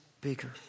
bigger